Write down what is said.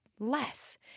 less